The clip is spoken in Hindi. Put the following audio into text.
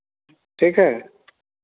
ठीक है